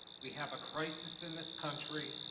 we have a crisis in this country.